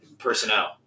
personnel